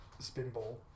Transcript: Spinball